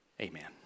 Amen